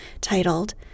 titled